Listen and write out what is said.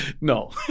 no